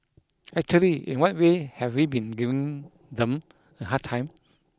actually in what way have we been giving them a hard time